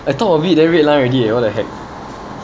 I talk a bit then red line already eh what the heck